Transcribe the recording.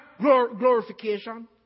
glorification